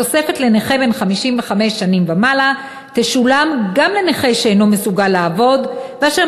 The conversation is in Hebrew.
התוספת לנכה בן 55 שנים ומעלה תשולם גם לנכה שאינו מסוגל לעבוד ואשר